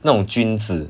那种君子